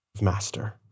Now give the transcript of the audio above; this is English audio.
master